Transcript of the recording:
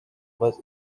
was